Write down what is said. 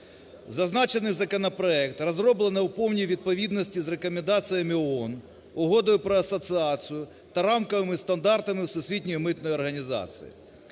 Зазначений законопроект розроблено у повній відповідності з Рекомендаціями ООН, Угодою про асоціацію та Рамковими стандартами Всесвітньої митної організації.